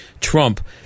trump